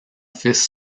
fils